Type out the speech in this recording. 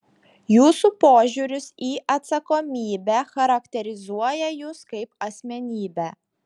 jūsų požiūris į atsakomybę charakterizuoja jus kaip asmenybę